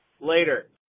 Later